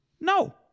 No